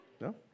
No